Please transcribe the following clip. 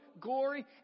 glory